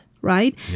right